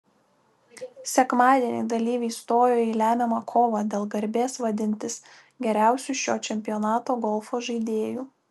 sekmadienį dalyviai stojo į lemiamą kovą dėl garbės vadintis geriausiu šio čempionato golfo žaidėju